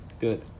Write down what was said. Good